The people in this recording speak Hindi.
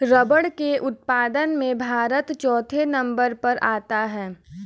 रबर के उत्पादन में भारत चौथे नंबर पर आता है